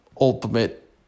ultimate